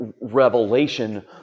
revelation